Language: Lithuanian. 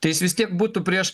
tai jis vis tiek būtų prieš